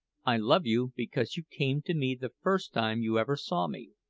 i love you because you came to me the first time you ever saw me,